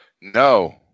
No